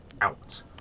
out